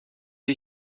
est